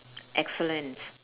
excellent